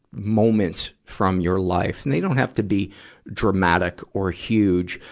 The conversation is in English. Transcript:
moments from your life and they don't have to be dramatic or huge.